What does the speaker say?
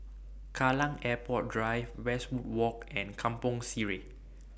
Kallang Airport Drive Westwood Walk and Kampong Sireh